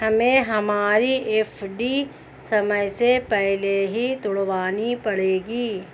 हमें हमारी एफ.डी समय से पहले ही तुड़वानी पड़ेगी